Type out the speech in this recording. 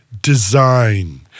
design